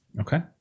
Okay